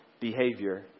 behavior